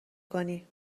کنی